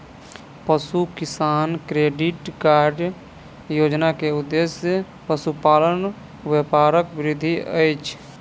पशु किसान credit card योजना के उद्देश्य पशुपालन व्यापारक वृद्धि अछि